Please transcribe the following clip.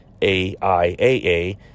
AIAA